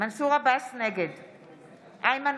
בעד רפי פרץ, נגד עינב קאבלה,